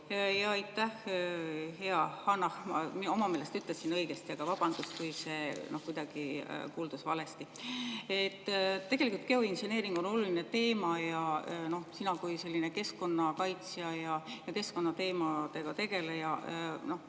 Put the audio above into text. Aitäh! Hea Hanah! Ma oma meelest ütlesin õigesti, aga vabandust, kui see kuuldus kuidagi valesti. Tegelikult geoinseneering on oluline teema. Sina kui keskkonnakaitsja ja keskkonnateemadega tegeleja